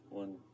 one